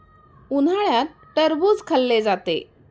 उन्हाळ्यात टरबूज खाल्ले जाते